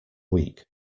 week